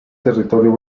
territorio